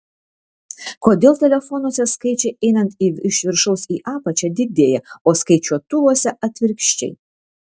kodėl telefonuose skaičiai einant iš viršaus į apačią didėja o skaičiuotuvuose atvirkščiai